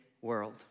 world